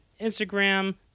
Instagram